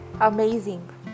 amazing